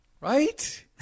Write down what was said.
Right